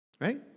right